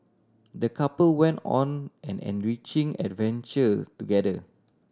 the couple went on an enriching adventure together